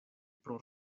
pro